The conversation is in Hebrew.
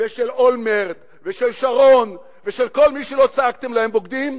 ושל אולמרט ושל שרון ושל כל מי שלא צעקתם להם בוגדים,